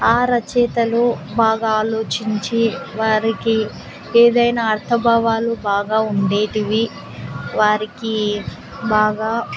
ఆ రచయితలు బాగా ఆలోచించి వారికి ఏదైనా అర్థభావాలు బాగా ఉండేవి వారికి బాగా